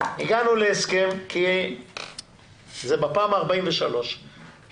אני אומר את זה בפעם ה-43 לפרוטוקול,